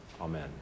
Amen